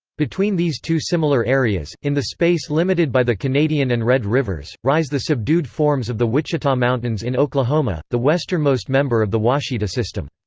between these two similar areas, in the space limited by the canadian and red rivers, rise the subdued forms of the wichita mountains in oklahoma, the westernmost member of the ouachita system.